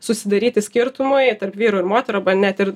susidaryti skirtumui tarp vyrų ir moterų net ir